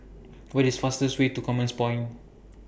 What IS fastest Way to Commerce Point